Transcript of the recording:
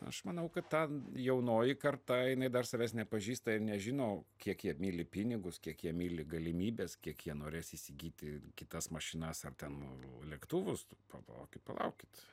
aš manau kad ta jaunoji karta jinai dar savęs nepažįsta ir nežino kiek jie myli pinigus kiek jie myli galimybes kiek jie norės įsigyti kitas mašinas ar ten lėktuvus palaukit palaukit